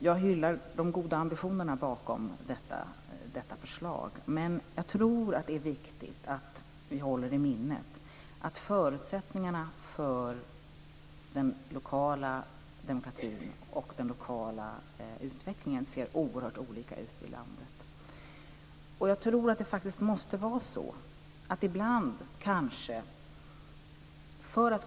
Jag hyllar de goda ambitionerna bakom detta förslag. Men jag tror att det är viktigt att vi håller i minnet att förutsättningarna för den lokala demokratin och den lokala utvecklingen ser oerhört olika ut i landet. Jag tror att det faktiskt måste vara så.